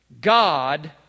God